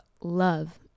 love